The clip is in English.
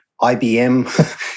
IBM